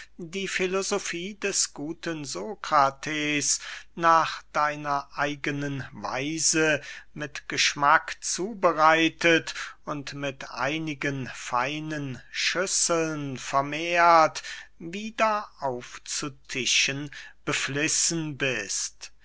die filosofie des guten sokrates nach deiner eigenen weise mit geschmack zubereitet und mit einigen feinen schüsseln vermehrt wieder aufzutischen beflissen bist